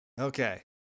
Okay